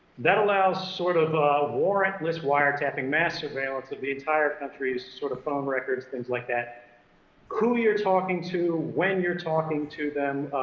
that allows sort of a warrantless wiretapping, mass surveillance of the entire country's sort of phone records, things like that who you're talking to, when you're talking to them,